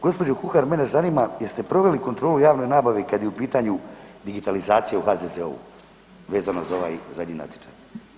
Gospođo Kuhar mene zanima jeste proveli kontrolu u javnoj nabavi kad je u pitanju digitalizacija u HZZ-u vezano za ovaj zadnji natječaj?